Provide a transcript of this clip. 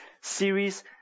series